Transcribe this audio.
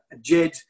Jed